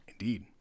Indeed